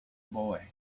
boy